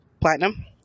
Platinum